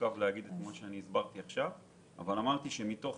אמרתי שמתוך